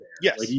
Yes